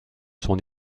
son